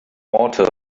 water